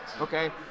okay